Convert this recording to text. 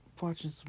watching